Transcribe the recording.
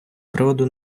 приводу